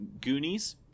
goonies